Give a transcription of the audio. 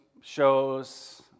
shows